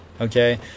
Okay